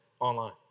online